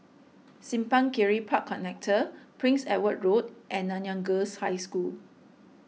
Simpang Kiri Park Connector Prince Edward Road and Nanyang Girls' High School